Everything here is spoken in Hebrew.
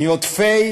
מעודפי